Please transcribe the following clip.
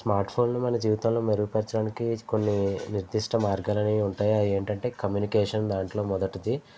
smart ఫోన్లు మన జీవితాలను మెరుగుపరచడానికి కొన్ని నిర్దిష్ట మార్గాలనేవి ఉంటాయి అవి ఏంటంటే కమ్మూనికేషన్ దాంట్లో మొదటిది